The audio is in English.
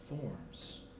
forms